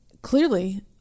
clearly